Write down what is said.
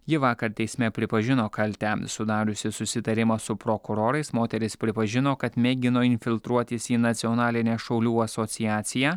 ji vakar teisme pripažino kaltę sudariusi susitarimą su prokurorais moteris pripažino kad mėgino infiltruotis į nacionalinę šaulių asociaciją